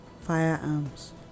firearms